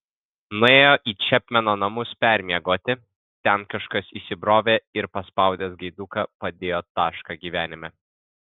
nuėjo į čepmeno namus permiegoti ten kažkas įsibrovė ir paspaudęs gaiduką padėjo tašką gyvenime